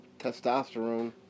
testosterone